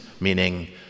meaning